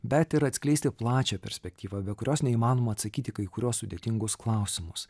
bet ir atskleisti plačią perspektyvą be kurios neįmanoma atsakyti į kai kuriuos sudėtingus klausimus